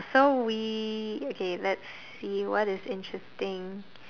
so we okay let's see what is interesting